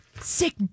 Sick